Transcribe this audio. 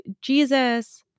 Jesus